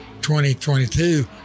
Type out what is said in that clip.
2022